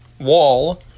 wall